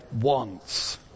wants